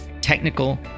technical